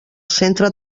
centre